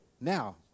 now